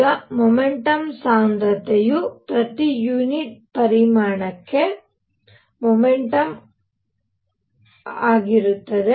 ಈಗ ಮೊಮೆಂಟಮ್ ಸಾಂದ್ರತೆಯು ಪ್ರತಿ ಯುನಿಟ್ ಪರಿಮಾಣಕ್ಕೆ ಮೊಮೆಂಟಮ್ ಆಗಿರುತ್ತದೆ